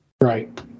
Right